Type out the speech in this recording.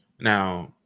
now